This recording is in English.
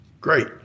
great